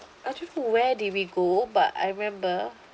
I don't know where did we go but I remember